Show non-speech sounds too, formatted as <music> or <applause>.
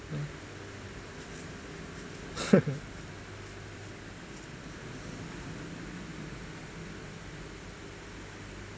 um <laughs>